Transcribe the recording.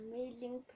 amazing